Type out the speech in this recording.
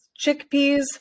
chickpeas